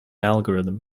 algorithm